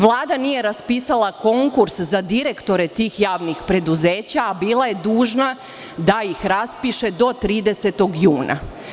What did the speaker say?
Vlada nije raspisala konkurs za direktore tih javnih preduzeća, a bila je dužna da ih raspiše do 30. juna.